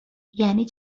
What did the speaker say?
یعنی